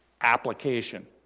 Application